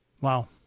Wow